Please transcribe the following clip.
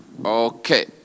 Okay